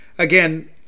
Again